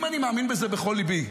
אם אני מאמין בזה בכל ליבי,